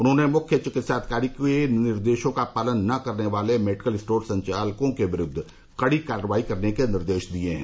उन्होंने मुख्य चिकित्साधिकारी को निर्देश का पालन न करने वाले मेडिकल स्टोर संचालकों के विरूद्व कड़ी कार्रवाई करने के निर्देश दिए हैं